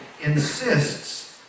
insists